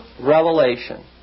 revelation